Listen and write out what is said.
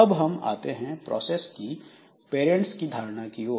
अब हम आते हैं प्रोसेस के पेरेंट्स धारणा की ओर